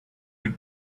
your